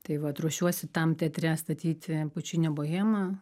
tai vat ruošiuosi tam teatre statyti pučinio bohemą